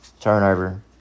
Turnover